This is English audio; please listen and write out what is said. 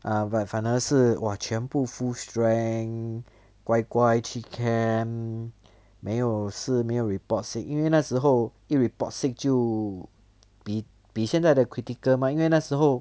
err but 反而是 !wah! 全部 full strength 乖乖去 camp 没有事没有 report sick 因为那时候一 report sick 就比比现在的 critical mah 因为那时候